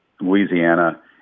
Louisiana